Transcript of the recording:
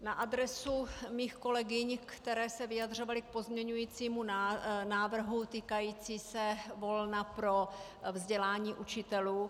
Na adresu mých kolegyň, které se vyjadřovaly k pozměňovacímu návrhu týkajícímu se volna pro vzdělání učitelů.